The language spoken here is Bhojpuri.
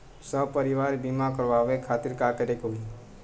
सपरिवार बीमा करवावे खातिर का करे के होई?